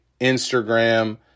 Instagram